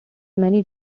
many